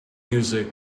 music